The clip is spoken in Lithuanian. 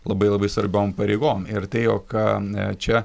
labai labai svarbiom pareigom ir tai jog čia